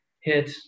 hit